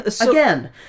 Again